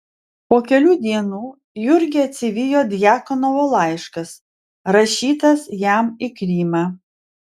po kelių dienų jurgį atsivijo djakonovo laiškas rašytas jam į krymą